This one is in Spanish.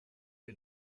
que